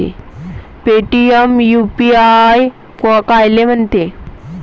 Paytm UPI कायले म्हनते?